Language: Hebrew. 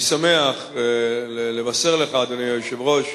אני שמח לבשר לך, אדוני היושב-ראש,